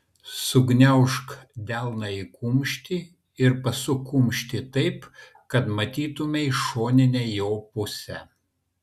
sugniaužk delną į kumštį ir pasuk kumštį taip kad matytumei šoninę jo pusę